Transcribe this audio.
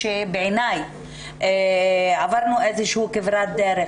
למרות שבעיניי עברנו איזו כברת דרך,